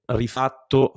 rifatto